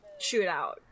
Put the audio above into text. shootout